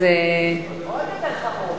אז, עוד יותר חמור.